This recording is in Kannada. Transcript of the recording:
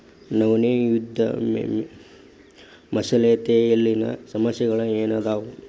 ನವೇನ ಉದ್ಯಮಶೇಲತೆಯಲ್ಲಿನ ಸಮಸ್ಯೆಗಳ ಏನದಾವ